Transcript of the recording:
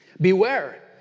Beware